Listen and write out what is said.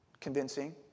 convincing